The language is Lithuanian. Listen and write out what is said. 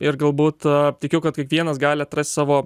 ir galbūt tikiu kad kiekvienas gali atrast savo